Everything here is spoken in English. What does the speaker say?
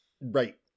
Right